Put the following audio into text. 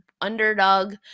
underdog